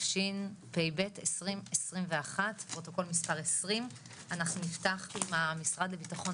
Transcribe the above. תשפ"ב 2021 פרוטוקול מס' 20. אנחנו נפתח עם המשרד לביטחון